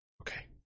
Okay